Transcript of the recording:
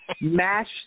mash